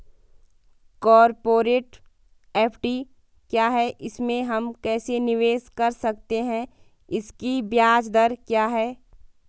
Corporate FD क्या है इसमें हम कैसे निवेश कर सकते हैं इसकी ब्याज दर क्या है?